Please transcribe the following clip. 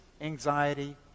anxiety